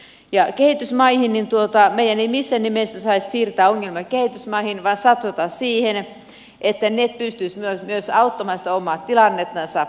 me emme missään nimessä saisi siirtää ongelmia kehitysmaihin vaan meidän on satsattava siihen että ne pystyisivät myös auttamaan sitä omaa tilannettansa eteenpäin